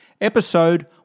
episode